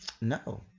No